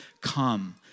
Come